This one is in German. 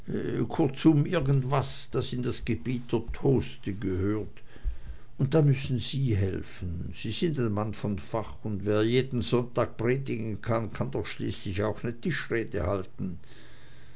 kurzum irgendwas das in das gebiet der toaste gehört und da müssen sie helfen sie sind ein mann von fach und wer jeden sonntag predigen kann kann doch schließlich auch ne tischrede halten